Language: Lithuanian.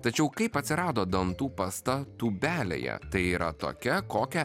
tačiau kaip atsirado dantų pasta tūbelėje tai yra tokia kokią